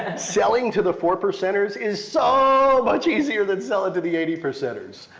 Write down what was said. and selling to the four percenters is so much easier than sell it to the eighty percenters.